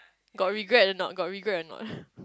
got regret or not got regret or not